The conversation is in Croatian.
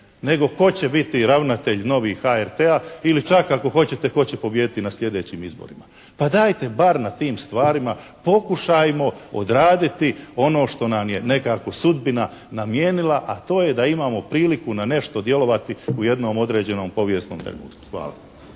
nego tko će biti ravnatelj novi HRT-a ili čak ako hoćete tko će pobijediti na slijedećim izborima. Pa dajte bar na tim stvarima pokušajmo odraditi ono što nam je nekako sudbina namijenila a to je da imamo priliku na nešto djelovati u jednom određenom povijesnom trenutku. Hvala.